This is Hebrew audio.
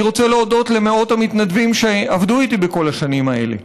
אני רוצה להודות למאות המתנדבים שעבדו איתי בכל השנים האלה.